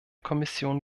kommission